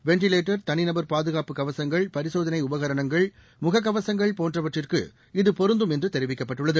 ventilator தனிநபர் பாதுகாப்பு கவசங்கள் பரிசோதனைஉபகரணங்கள் முககவசங்கள் போன்றவற்றுக்கு இது பொருந்தும் என்றுதெரிவிக்கப்பட்டுள்ளது